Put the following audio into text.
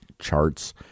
Charts